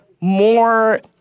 more